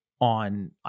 on